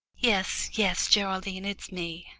yes, yes, geraldine, it's me,